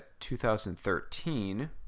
2013